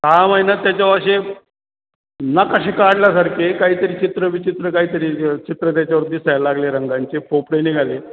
सहा महिन्यांत त्याच्यावर असे नकाशे काढल्यासारखे काहीतरी चित्रविचित्र काहीतरी चित्रं त्याच्यावर दिसाय लागले रंगांचे पोपडे निघाले